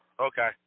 Okay